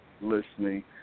listening